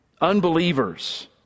unbelievers